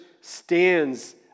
stands